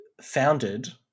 founded